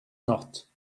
not